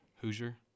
Hoosier